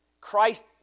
Christ